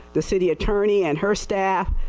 the city attorney and her staff,